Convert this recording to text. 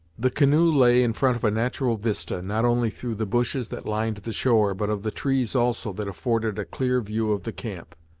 the canoe lay in front of a natural vista, not only through the bushes that lined the shore, but of the trees also, that afforded a clear view of the camp.